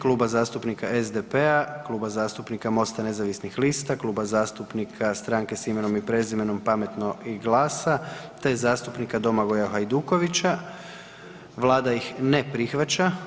Kluba zastupnika SDP-a, Kluba zastupnika MOST-a nezavisnih lista, Kluba zastupnika Stranke s imenom i prezimenom, Pametno i GLAS-a te zastupnika Domagoja Hajdukovića, Vlada ih ne prihvaća.